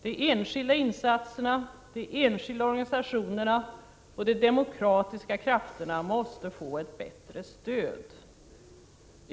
De enskilda insatserna, de enskilda organisationerna och de demokratiska krafterna måste få ett bättre stöd.